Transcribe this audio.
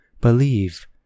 believe